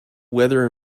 weather